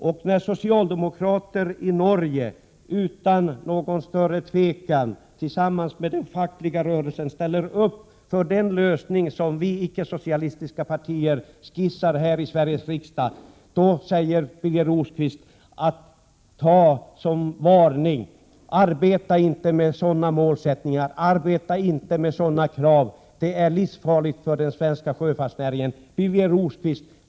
Medan socialdemokrater i Norge tillsammans med den fackliga rörelsen utan någon större tvekan ställer upp för den lösning som vi icke-socialistiska partier här i Sverige har skisserat varnar Birger Rosqvist för att arbeta för sådana målsättningar. Arbeta inte med sådana krav, säger han. Det är livsfarligt för den svenska sjöfartsnäringen!